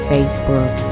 Facebook